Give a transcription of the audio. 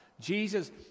Jesus